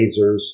lasers